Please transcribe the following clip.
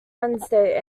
wednesday